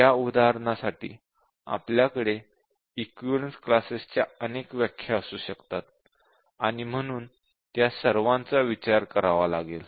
या उदाहरणासाठी आपल्याकडे इक्विवलेन्स च्या अनेक व्याख्या असू शकतात आणि म्हणून त्या सर्वांचा विचार करावा लागेल